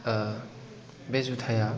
बे जुथाया